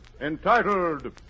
entitled